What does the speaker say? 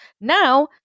Now